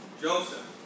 Joseph